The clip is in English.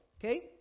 okay